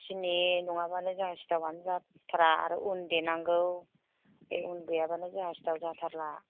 सिनि नङाबानो जोंहा सिथावानो जाथारा आरो अन देनांगौ बे अन देयाबानो जोंहा सिथाव जाथारला